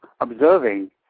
observing